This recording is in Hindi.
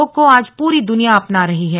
योग को आज पूरी दुनिया अपना रही है